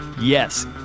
Yes